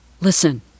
listen